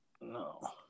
no